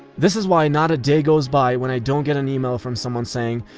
this is why not a day goes by, when i don't get an email from someone saying,